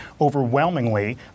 overwhelmingly